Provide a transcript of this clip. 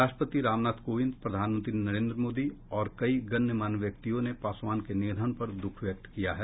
राष्ट्रपति रामनाथ कोविंद प्रधानमंत्री नरेन्द्र मोदी और कई गणमान्य व्यक्तियों ने पासवान के निधन पर दुख व्यक्त किया है